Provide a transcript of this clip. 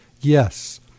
yes